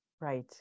Right